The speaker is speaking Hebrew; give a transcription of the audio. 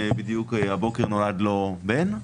שבדיוק הבוקר נולד לו בן.